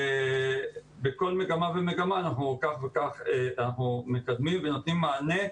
כל מגמה ומגמה אנחנו מקדמים ונותנים מענה.